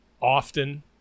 often